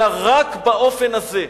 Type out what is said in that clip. אלא רק באופן הזה.